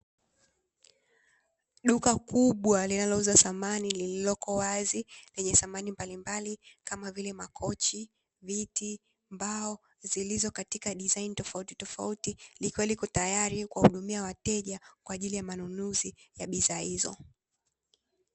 Duka kubwa linalouza samani lililoko wazi lenye samani mbalimbali kama vile: makochi, viti, mbao; zilizo katika dizaini tofautitofauti likiwa liko tayari kuwahudumia wateja kwa ajili ya manunuzi ya bidhaa hizo.